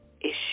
issue